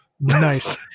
Nice